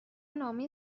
نامه